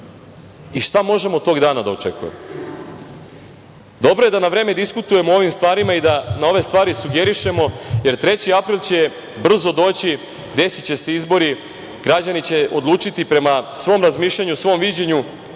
i šta možemo od tog dana da očekujemo? Dobro je da na vreme diskutujemo o ovim stvarima i da na ove stvari sugerišemo, jer 3. april će brzo doći, desiće se izbori, građani će odlučiti prema svom razmišljanju, svom viđenju